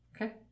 Okay